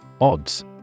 Odds